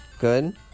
Good